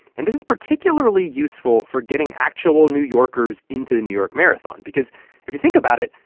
and this is particularly useful for getting actual new yorkers into the new york marathon because if you think about it,